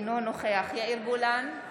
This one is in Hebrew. אינו נוכח יאיר גולן,